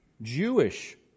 Jewish